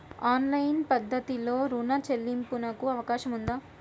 Online పద్ధతిలో రుణ చెల్లింపునకు అవకాశం ఉందా?